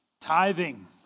Tithing